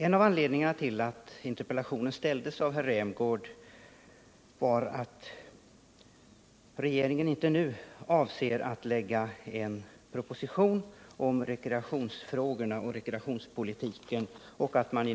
En av anledningarna till att interpellationen ställdes av Rolf Rämgård var att regeringen inte nu avser att lägga fram en rekreationspolitisk proposition och att man